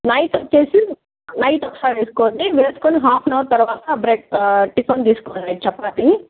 night వచ్చేసి night ఒకసారి వేసుకోండి వేసుకొని హాఫ్ యాన్ అవర్ తరవాత బ్రే టిఫన్ తీసుకోండి చపాతి